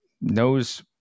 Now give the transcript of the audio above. knows